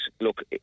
look